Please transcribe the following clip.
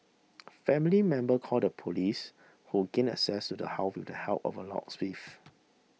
family members called the police who gained access to the house with the help of a locksmith